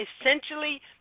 essentially